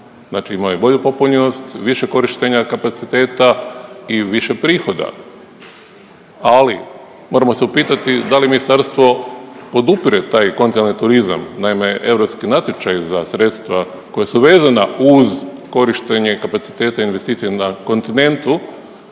znači imao je bolju popunjenost više korištenja kapaciteta i više prihoda, ali moramo se upitati da li ministarstvo podupire taj kontinentalni turizam? Naime, europski natječaj za sredstva koja su vezana uz korištenje kapaciteta i investicije na kontinentu